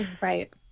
Right